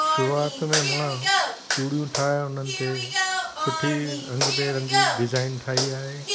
शुरूआत में मां चुड़ियूं ठाहे उन्हनि ते सुठी रंग बेरंगी डिज़ाइन ठाही आहे